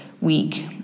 week